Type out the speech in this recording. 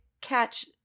catch